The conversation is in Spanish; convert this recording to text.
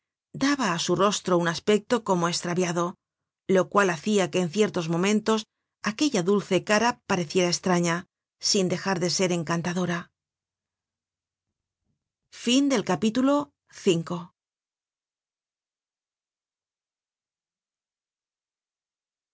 su rostro un aspecto como estraviado lo cual hacia que en ciertos momentos aquella dulce cara pareciera estraña sin dejar de ser encantadora